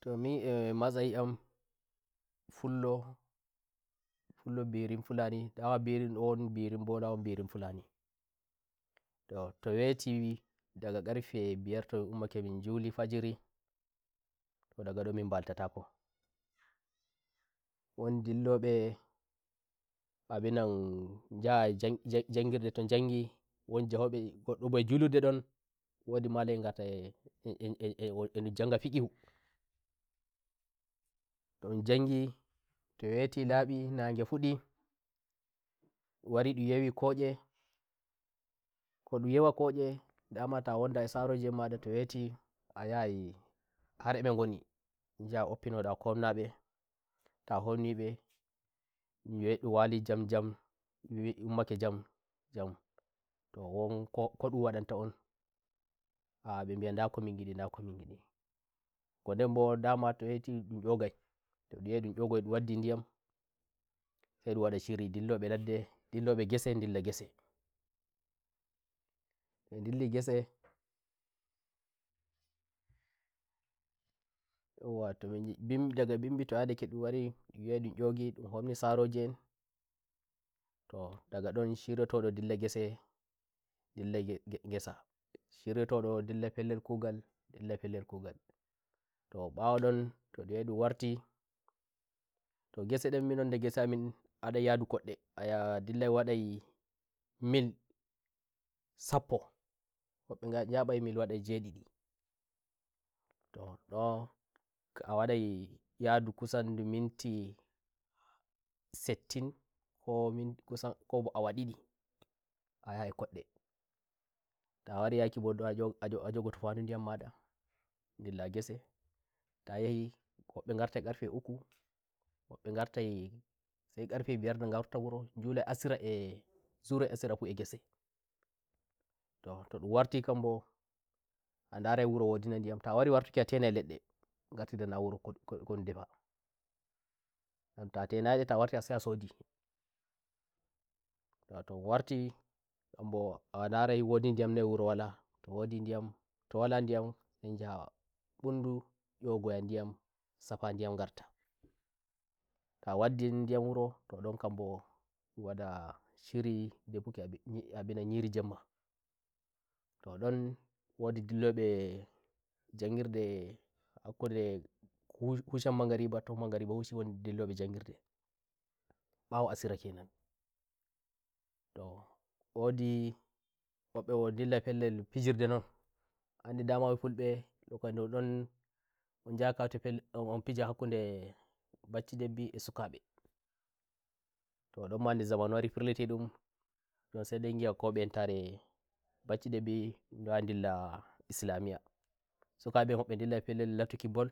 to min e matsayi amfullofullo birin fulani dama burin won birin bolawa birin fulanito to weti daga karfe biyar to min ummake min njuli fajirito daga ndon min mbaltatako won ndillobeabinan nyahai njangirde to njangiwon njahobe ngoddo bo e njulurde ndenwodi malam en ngarta "e eh e" ndun njanga fiqihuto ndun njangito weti labi nage fudindun wari ndun nyewi kodekodun yewa ko'kyedama ta wonda e saroji en mada to wetia yahai haro mbe ngonnjaha oppinoda konnabeta homnibenwali jam- jam ndun ummake jamto won ko ndum wadan ta ona'a mbe ngi'a ndakomi ngidi nda komin ngidikoden mbo dama to weti ndun o'gaito ndun yahi ndun o'goyi ndun waddi ndiyamsai ndun wada shiri ndillobe laddendillobe gese ndilla geseto mbe ndilli gese yauwa to daga mbimbi to yadake ndun o'ngi ndun homni saroje entoh daga ndon shiryotodo ndilla gese ndilla geseshiryoto ndo ndillah bellel kugal ndillai pellel kugaltoh mbawo ndon to ndun nyahi ndun wartito ngese nden minon nde ngese amin awadai yadu koddea dillai mill sappowobbe njabai mill nje ndi ndito ndohawadai nyadu kusan minti settinko "min kusan ko" awa ndi ndia yahai koddeta wari yaki mbo ndo a jogoto fandu ndiyam madandilla geseto nyahi ngombe ngartai karfe ukungombe ngartai sai karfe biyar nda ngartawuro njula asira eh zura asira fu eh ngeseto todun warti nkadinboa ndarai wuro wodina ndiyamta wari wartuki ah tenai ledde ngartida na wuro ko ndun ndefangan ta tenai de ta warti sai a sodito a warti ndon bo a ndarai wodi ndiyam eh wuro walato wodi ndiyam to wala ndiyam sai njaha mbundu o'goya ndiyam safa ndiyam ngartata waddj ndiyam wuroto ndon kam mbo ndun wada shiri ndefuki abin abinan nyiri njemmato ndon wodi ndillobenagirdehakku nde hushan mangriba to mangriba hushi won ndillo mbe njangirdembawo asira kenantoh wodi wobbe mbo dillai pellel fijirde nona andi ndama fulbe ndon kan ndun ndon njakatu pellel debbi eh sukabeto ndon ma nde zaman wari firliti ndumnjon sai dai ngi'a ko mbeye entarebacci debbi wawai ndilla islamiyasukabe wobbe ndillai pellel latuki ball